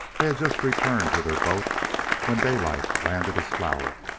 they had just returned to their boat when daylight landed his flour,